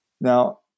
Now